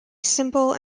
simple